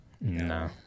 No